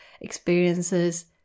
experiences